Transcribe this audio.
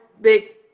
big